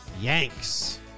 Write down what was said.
Yanks